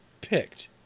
picked